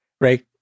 Right